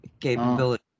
capability